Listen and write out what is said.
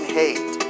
hate